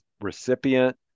recipient